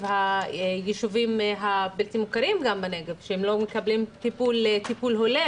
הישובים הבלתי מוכרים שלא מקבלים טיפול הולם,